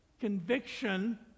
Conviction